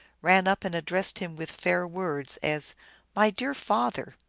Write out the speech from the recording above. ran up and addressed him with fair words, as my dear father,